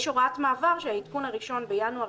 יש הוראת מעבר שאומרת שהעדכון הראשון בינואר